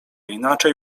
inaczej